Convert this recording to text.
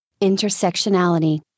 Intersectionality